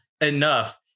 enough